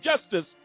justice